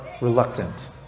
reluctant